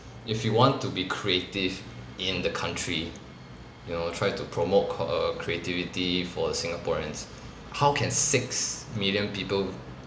if you want to be creative in the country you know try to promote err creativity for singaporeans how can six million people